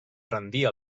rendir